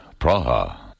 Praha